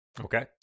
okay